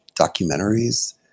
documentaries